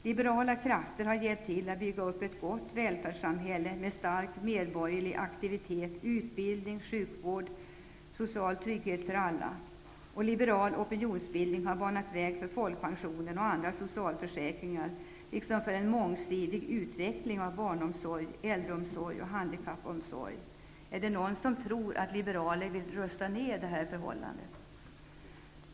Liberala krafter har hjälpt till när det gällt att bygga upp ett gott välfärdssamhälle med stark medborgerlig aktivitet, utbildning, sjukvård och social trygghet för alla. Liberal opinionsbildning har banat väg för folkpensionen och andra socialförsäkringar liksom för en mångsidig utveckling av barnomsorg, äldreomsorg och handikappomsorg. Tror någon att vi liberaler vill ha en nedrustning i det sammanhanget?